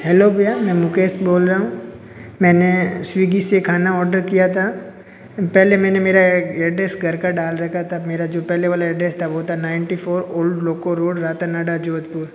hello भय्या मैं मुकेश बोल रहा हूँ मैंने स्विगी से खाना ऑर्डर किया था पहले मैंने मेरा एड्रेस घर का डाल रखा था मेरा जो पहले वाला एड्रेस था वो था ninety four old loco road Ratanada Jodhpur